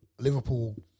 Liverpool